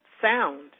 sound